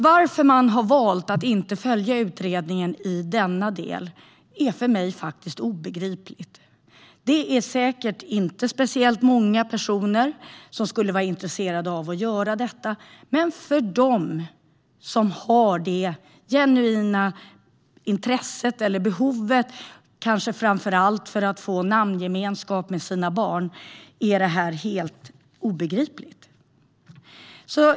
Varför man har valt att inte följa utredningen i denna del är för mig obegripligt. Det är säkert inte speciellt många personer som skulle vara intresserade av att göra detta. Men för dem som har detta genuina intresse eller behov, kanske framför allt för att få namngemenskap med sina barn, blir det här obegripligt.